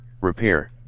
Repair